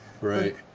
right